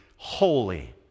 Holy